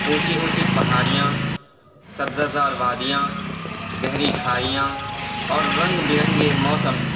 اونچی اونچی پہاڑیاں سبزہ زار وادیاں گہری کھائیاں اور رنگ برنگے موسم